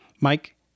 Mike